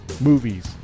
movies